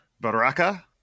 Baraka